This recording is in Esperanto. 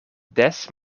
des